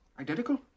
Identical